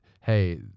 hey